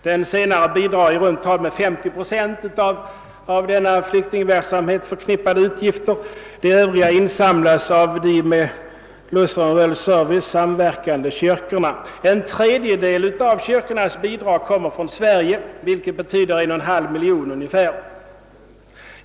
Den senare bidrar med i runt tal 50 procent av de med denna flyktingverksamhet förknippade utgifterna. Det övriga insamlas av de med Lutheran World Service samverkande kyrkorna. En tredjedel av kyrkornas bidrag kommer från Sverige, vilket betyder närmare 1,5 miljon kronor.